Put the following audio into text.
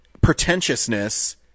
pretentiousness